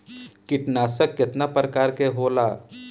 कीटनाशक केतना प्रकार के होला?